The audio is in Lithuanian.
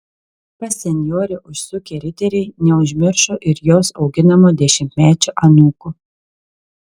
pas senjorę užsukę riteriai neužmiršo ir jos auginamo dešimtmečio anūko